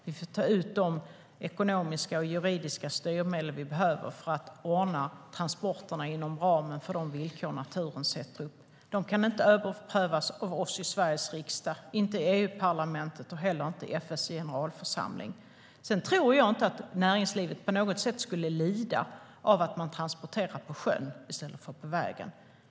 Vi får ta ut de ekonomiska och juridiska styrmedel vi behöver för att ordna transporterna inom ramen för de villkor som naturen sätter upp. De kan inte överprövas av oss i Sveriges riksdag och heller inte av EU-parlamentet eller FN:s generalförsamling. Sedan tror jag inte att näringslivet på något sätt skulle lida av att man transporterar på sjön i stället för på väg.